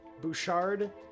Bouchard